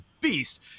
beast